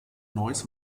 neuss